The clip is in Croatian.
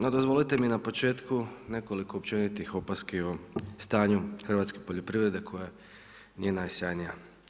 No dozvolite mi na početku nekoliko općenitih opaski o stanju hrvatske poljoprivrede koja nije najsjajnija.